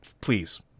please